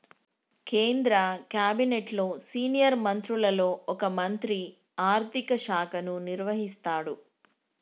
కేంద్ర క్యాబినెట్లో సీనియర్ మంత్రులలో ఒక మంత్రి ఆర్థిక శాఖను నిర్వహిస్తాడు